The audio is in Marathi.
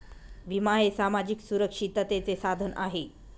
विमा हे सामाजिक सुरक्षिततेचे साधन आहे